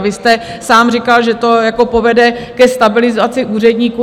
Vy jste sám říkal, že to povede ke stabilizaci úředníků.